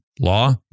law